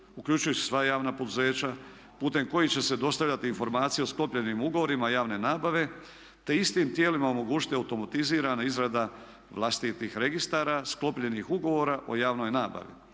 uključujući sva javna poduzeća, putem kojih će se dostavljati informacije o sklopljenim ugovorima javne nabave te istim tijelima omogućiti automatizirana izrada vlastitih registara sklopljenih ugovora o javnoj nabavi.